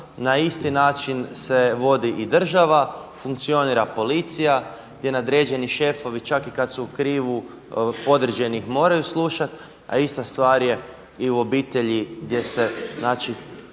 na isti način se vodi i država, funkcionira policija gdje nadređeni šefovi čak i kada su u krivu podređenih moraju slušati, a ista stvar je i u obitelji gdje se zapravo